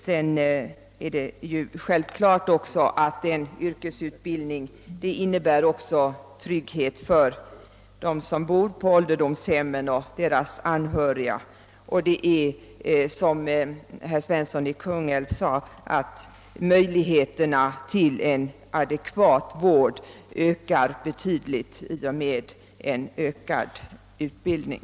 Vidare är det självklart att en yrkesutbildning även innebär trygghet för dem som bor på ålderdomshemmen och deras anhöriga. Det är riktigt som herr Svensson i Kungälv sade, att möjligheterna till en adekvat vård ökar betydligt i och med en ökad utbildning.